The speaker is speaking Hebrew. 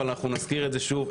אבל אנחנו נזכיר את זה שוב,